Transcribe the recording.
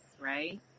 right